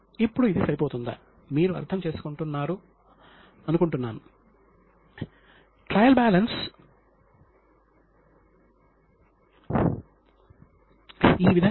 దీనినే మనము ఇక్కడ స్లైడ్ లో చూడవచ్చు